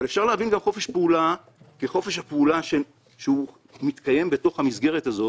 אפשר להבין גם חופש פעולה כחופש שמתקיים בתוך המסגרת הזו